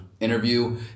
interview